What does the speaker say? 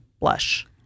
blush